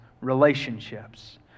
relationships